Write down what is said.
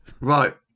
right